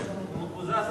(עסקה מתמשכת בעניין שירותי רפואה), התש"ע 2010,